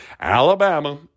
Alabama